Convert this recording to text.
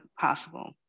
possible